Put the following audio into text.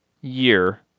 year